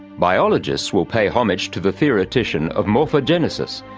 biologists will pay homage to the theoretician of morphogenesis,